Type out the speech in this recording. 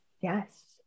Yes